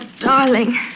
darling